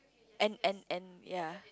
and and and ya